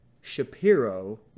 Shapiro